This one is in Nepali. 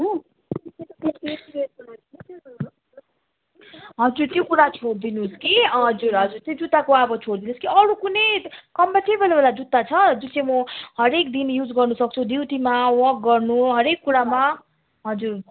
हजुर त्यो कुरा छोडिदिनुहोस् कि हजुर हजुर त्यो जुत्ताको अब छोडिदिनुहोस् कि अरू कुनै कम्फर्टेबलवाला जुत्ता छ जुन चाहिँ म हरेक दिन युज गर्नुसक्छु ड्युटीमा वर्क गर्नु हरेक कुरामा हजुर